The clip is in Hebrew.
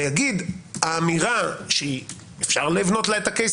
לומר שהאמירה שאפשר לבנות לה את הקייס